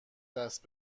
دست